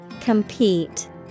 Compete